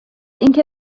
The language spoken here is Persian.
اینکه